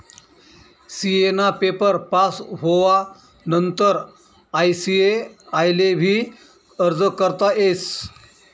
CA ना paper pass होवानंतर ICAI ले भी अर्ज करता येस